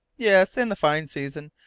yes, in the fine season,